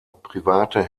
private